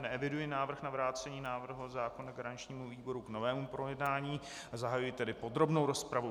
Neeviduji návrh na vrácení návrhu zákona garančnímu výboru k novému projednání, zahajuji tedy podrobnou rozpravu.